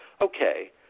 okay